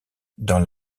dans